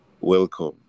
welcome